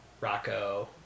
Rocco